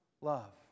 love